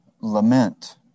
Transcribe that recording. lament